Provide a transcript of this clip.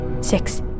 six